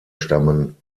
stammten